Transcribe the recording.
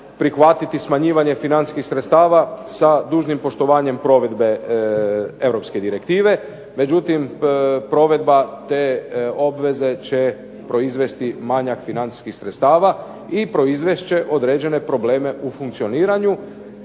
prihvatiti smanjivanje financijskih sredstava sa dužnim poštovanjem provedbe europske direktive. Međutim, provedba te obveze će proizvesti manjak financijskih sredstava i proizvest će određene probleme u funkcioniranju